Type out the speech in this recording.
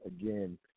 again